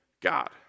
God